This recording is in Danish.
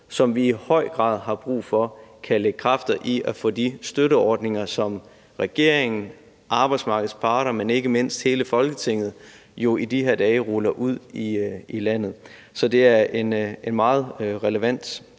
som vi i høj grad har brug for kan bruge kræfter på de støtteordninger, som regeringen, arbejdsmarkedets parter og ikke mindst hele Folketinget jo i de her dage ruller ud i hele landet. Så det er en meget relevant